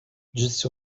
disse